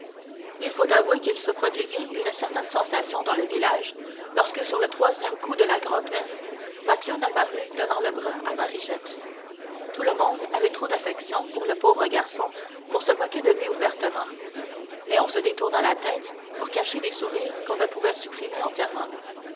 il faut avouer qu'il se produisit une certaine sensation dans le village lorsque sur le troisième coup de la grand'messe macloune apparut donnant le bras à marichette tout le monde avait trop d'affection pour le pauvre garçon pour se moquer de lui ouvertement mais on se détourna la tête pour cacher des sourires qu'on ne pouvait supprimer entièrement